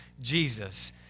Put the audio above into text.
Jesus